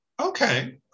Okay